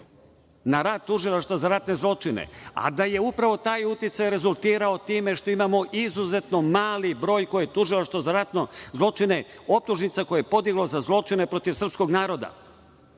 na rad Tužilaštva za ratne zločine, a da je upravo taj uticaj rezultirao time što imamo izuzetno mali broj optužnica koje je Tužilaštvo za ratne zločine podiglo za zločine protiv srpskog naroda.